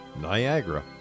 Niagara